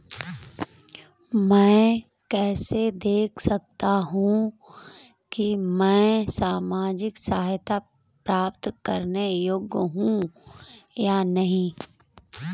मैं कैसे देख सकता हूं कि मैं सामाजिक सहायता प्राप्त करने योग्य हूं या नहीं?